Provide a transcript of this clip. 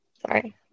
Sorry